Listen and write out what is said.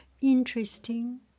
interesting